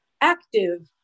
active